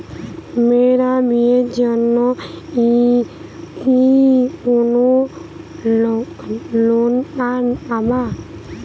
মেয়ের বিয়ের জন্য কি কোন লোন পাব?